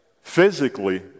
physically